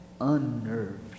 unnerved